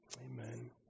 Amen